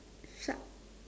some